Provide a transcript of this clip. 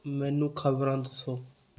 ਮੈਨੂੰ ਖ਼ਬਰਾਂ ਦੱਸੋ